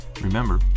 Remember